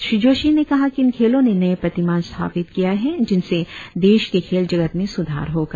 श्री जोशी ने कहा कि इन खेलों ने नये प्रतिमान स्थापित किए हैं जिनसे देश के खेल जगत में सुधार होगा